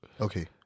Okay